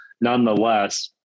nonetheless